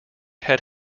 had